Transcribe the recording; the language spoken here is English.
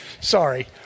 sorry